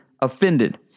offended